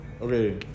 Okay